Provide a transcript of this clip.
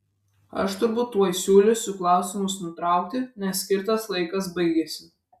aš turbūt tuoj siūlysiu klausimus nutraukti nes skirtas laikas baigiasi